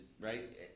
right